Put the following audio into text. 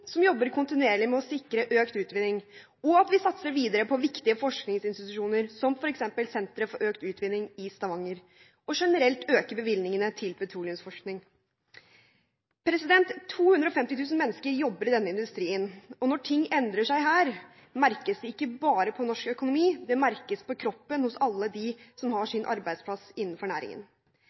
som jobber kontinuerlig med å sikre økt utvinning, og at vi satser videre på viktige forskningsinstitusjoner, som f.eks. senteret for økt utvinning i Stavanger, og generelt øker bevilgningene til petroleumsforskning. 250 000 mennesker jobber i denne industrien, og når ting endrer seg her, merkes det ikke bare på norsk økonomi; det merkes på kroppen hos alle dem som har sin arbeidsplass innenfor næringen.